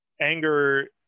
anger